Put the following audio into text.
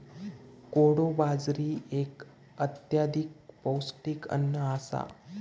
कोडो बाजरी एक अत्यधिक पौष्टिक अन्न आसा